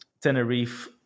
Tenerife